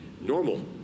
normal